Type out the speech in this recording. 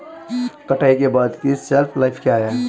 कटाई के बाद की शेल्फ लाइफ क्या है?